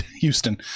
Houston